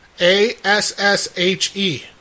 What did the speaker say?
A-S-S-H-E